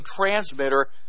transmitter